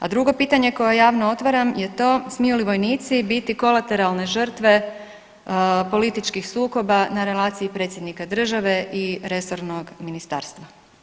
A drugo pitanje koje javno otvaram je to smiju li vojnici biti kolateralne žrtve političkih sukoba na relaciji predsjednika države i resornog ministarstva?